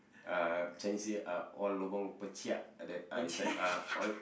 uh Chinese New Year uh all lobang and then uh is like uh all